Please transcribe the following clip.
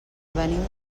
venim